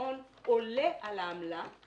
מהפירעון עולה על העמלה,